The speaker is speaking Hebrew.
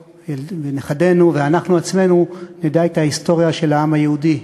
ונכדינו ואנחנו עצמנו נדע את ההיסטוריה של העם היהודי,